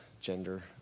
gender